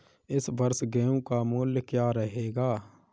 इस वर्ष गेहूँ का मूल्य क्या रहेगा?